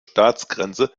staatsgrenze